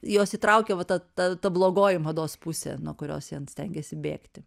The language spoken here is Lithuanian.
juos įtraukia va ta ta ta blogoji mados pusė nuo kurios jie stengiasi bėgti